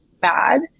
bad